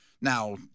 Now